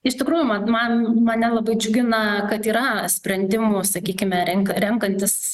iš tikrųjų man man mane labai džiugina kad yra sprendimų sakykime renka renkantis